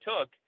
took